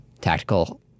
tactical